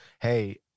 hey